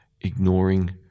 ignoring